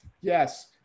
Yes